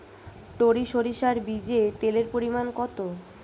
টরি সরিষার বীজে তেলের পরিমাণ কত?